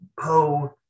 poe